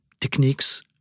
techniques